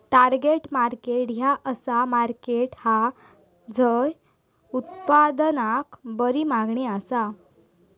target market ह्या असा market हा झय उत्पादनाक बरी मागणी असता